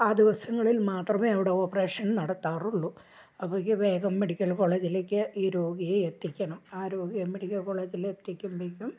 ആ ദിവസങ്ങളിൽ മാത്രമേ അവിടെ ഓപ്പറേഷൻ നടത്താറുള്ളൂ അപ്പം ഒക്കെ വേഗം മെഡിക്കൽ കോളേജിലേക്ക് ഈ രോഗിയെ എത്തിക്കണം ആ രോഗിയെ മെഡിക്കൽ കോളേജിലേക്ക് എത്തിക്കുമ്പോഴേക്കും